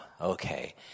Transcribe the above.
okay